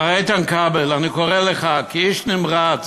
מר איתן כבל, אני קורא לך, כאיש נמרץ: